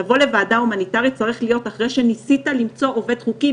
לבוא לוועדה הומניטארית צריך להיות אחרי שניסו למצוא עובד חוקי,